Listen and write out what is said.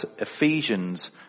Ephesians